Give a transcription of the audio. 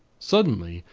suddenly,